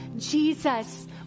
Jesus